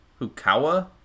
Hukawa